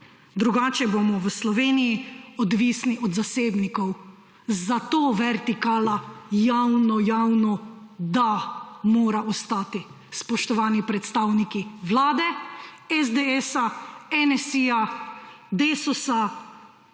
drugače bomo v Sloveniji odvisni od zasebnikov. Zato vertikala javno–javno da, mora ostati. Spoštovani predstavniki Vlade, SDS, NSi, Desusa,